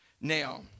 Now